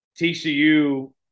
TCU